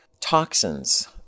Toxins